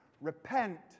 Repent